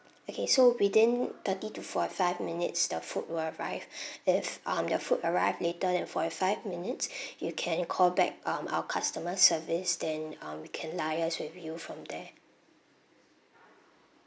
okay so within thirty to forty five minutes the food will arrive if um your food arrived later than forty five minutes you can call back um our customer service then um we can liaise with you from there